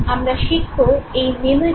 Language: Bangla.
আমরা শিখবো এই "মেমোরি" ঠিক কী